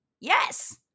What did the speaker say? Yes